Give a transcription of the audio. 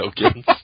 tokens